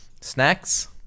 snacks